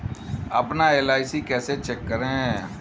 अपना एल.आई.सी कैसे चेक करें?